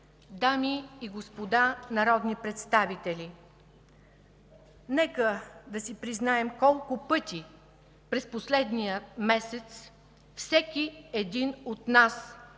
дами и господа народни представители, нека да си признаем колко пъти през последния месец всеки един от нас